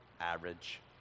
average